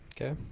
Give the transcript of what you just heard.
Okay